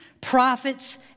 prophets